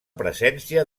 presència